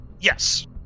Yes